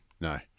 No